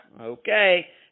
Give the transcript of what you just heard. Okay